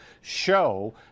show